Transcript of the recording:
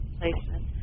placement